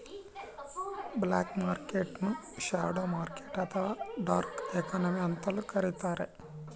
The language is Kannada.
ಬ್ಲಾಕ್ ಮರ್ಕೆಟ್ ನ್ನು ಶ್ಯಾಡೋ ಮಾರ್ಕೆಟ್ ಅಥವಾ ಡಾರ್ಕ್ ಎಕಾನಮಿ ಅಂತಲೂ ಕರಿತಾರೆ